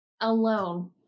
alone